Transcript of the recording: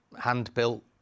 hand-built